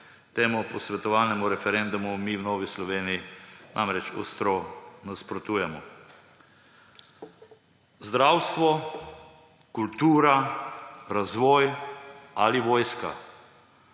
Temu posvetovalnemu referendumu mi v Novi Sloveniji namreč ostro nasprotujemo. Zdravstvo, kultura, razvoj ali vojska,